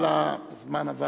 אבל הזמן עבר.